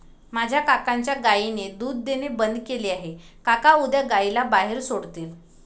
माझ्या काकांच्या गायीने दूध देणे बंद केले आहे, काका उद्या गायीला बाहेर सोडतील